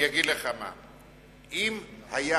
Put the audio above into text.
אני אגיד לך מה, אם היו